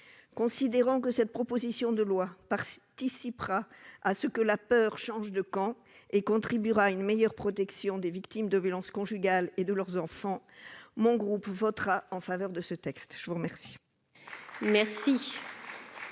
Considérant que cette proposition de loi participera à ce que la peur change de camp et contribuera à une meilleure protection des victimes de violences conjugales et de leurs enfants, mon groupe votera en faveur de ce texte. La parole